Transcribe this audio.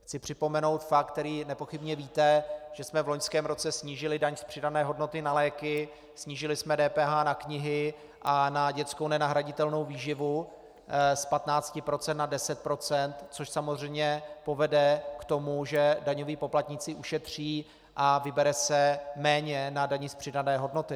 Chci připomenout fakt, že nepochybně víte, že jsme v loňském roce snížili daň z přidané hodnoty na léky, snížili jsme DPH na knihy a na dětskou nenahraditelnou výživu z patnácti na deset procent, což samozřejmě povede k tomu, že daňoví poplatníci ušetří a vybere se méně na dani z přidané hodnoty.